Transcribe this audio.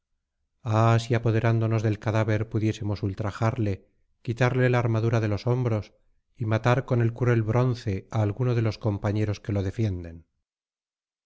ah si apoderándonos del cadáver pudiésemos ultrajarle quitarle la armadura de los hombros y matar con el cruel bronce á alguno de los compañeros que lo defienden